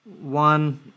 one